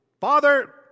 Father